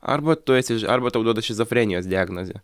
arba tu esi arba tau duoda šizofrenijos diagnozę